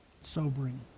Sobering